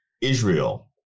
Israel